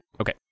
Okay